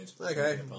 Okay